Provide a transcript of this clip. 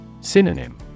Synonym